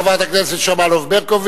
חברת הכנסת שמאלוב-ברקוביץ,